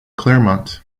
claremont